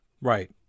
Right